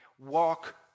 walk